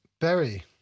Berry